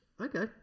Okay